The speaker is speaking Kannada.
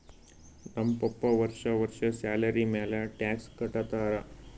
ನಮ್ ಪಪ್ಪಾ ವರ್ಷಾ ವರ್ಷಾ ಸ್ಯಾಲರಿ ಮ್ಯಾಲ ಟ್ಯಾಕ್ಸ್ ಕಟ್ಟತ್ತಾರ